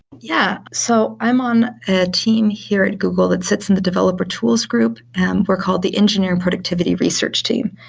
yeah. so i'm on a team here at google that sits in the developer tools groups. and we're called the engineering productivity research team.